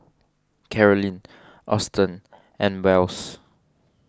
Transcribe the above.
Carolyn Austen and Wells